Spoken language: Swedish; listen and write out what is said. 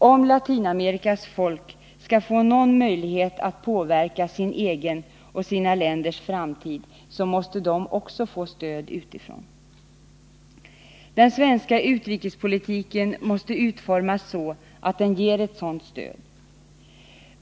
Om Latinamerikas folk skall få någon möjlighet att påverka sin egen och sina länders framtid måste de också få stöd utifrån. Den svenska utrikespolitiken måste utformas så, att den ger ett sådant stöd.